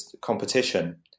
competition